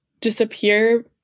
disappear